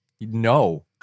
no